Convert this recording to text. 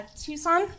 Tucson